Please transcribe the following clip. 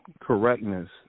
correctness